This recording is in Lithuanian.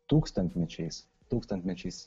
tūkstantmečiais tūkstantmečiais